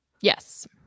Yes